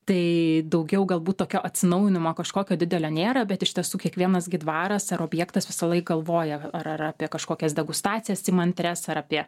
tai daugiau galbūt tokio atsinaujinimo kažkokio didelio nėra bet iš tiesų kiekvienas gi dvaras ar objektas visąlaik galvoja ar ar ar apie kažkokias degustacijas įmantrias ar apie